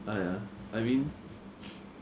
I don't want to sacrifice all my time